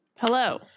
Hello